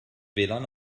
wlan